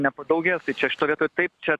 nepadaugės tai čia šitoj vietoj taip čia